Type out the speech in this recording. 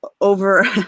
over